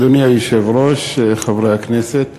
אדוני היושב-ראש, חברי הכנסת,